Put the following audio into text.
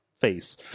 face